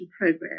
program